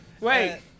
Wait